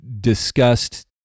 discussed